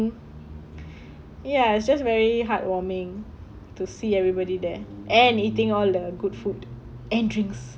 ya it's just very heartwarming to see everybody there and eating all the good food and drinks